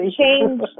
change